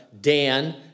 Dan